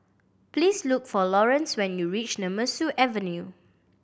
please look for Laurence when you reach Nemesu Avenue